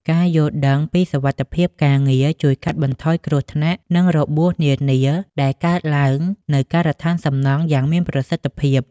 ការយល់ដឹងពីសុវត្ថិភាពការងារជួយកាត់បន្ថយគ្រោះថ្នាក់និងរបួសនានាដែលកើតឡើងនៅការដ្ឋានសំណង់យ៉ាងមានប្រសិទ្ធភាព។